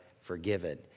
forgiven